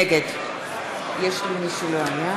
נגד גברתי,